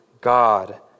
God